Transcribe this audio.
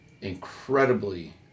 incredibly